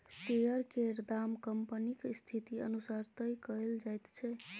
share केर दाम कंपनीक स्थिति अनुसार तय कएल जाइत छै